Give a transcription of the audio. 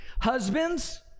Husbands